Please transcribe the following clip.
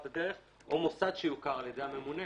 הדרך או מוסד שיוכר על ידי הממונה",